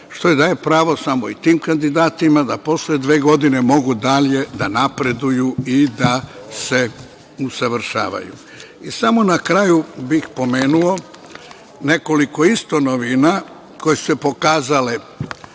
što daje pravo i tim kandidatima da posle dve godine mogu dalje da napreduju i da se usavršavaju. Samo na kraju bih pomenuo nekoliko novina koje su se pokazale.